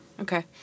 Okay